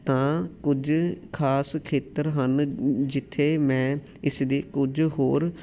ਤਾਂ ਕੁਝ ਖਾਸ ਖੇਤਰ ਹਨ ਜਿੱਥੇ ਮੈਂ ਇਸਦੀ ਕੁਝ ਹੋਰ